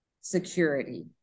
security